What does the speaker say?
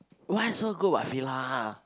what's so good about F_I_L_A